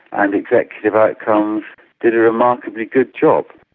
and executive outcomes did a remarkably good job.